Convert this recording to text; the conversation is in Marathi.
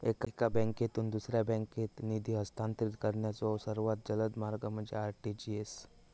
एका बँकेतून दुसऱ्या बँकेत निधी हस्तांतरित करण्याचो सर्वात जलद मार्ग म्हणजे आर.टी.जी.एस